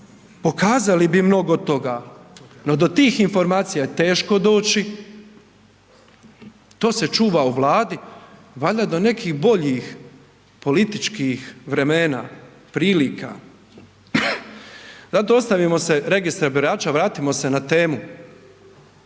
pokazali bi mnogi toga, no do tih informacija je teško doći, to se čuva u Vladi valjda do nekih boljih političkih vremena, prilika. Zato ostavimo se registra birača, vratimo se na temu.